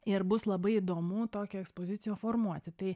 ir bus labai įdomu tokią ekspoziciją formuoti tai